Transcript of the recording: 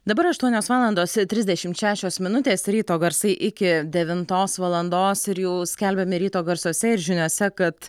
dabar aštuonios valandos trisdešimt šešios minutės ryto garsai iki devintos valandos ir jau skelbėme ryto garsuose ir žiniose kad